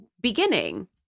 beginning